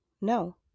No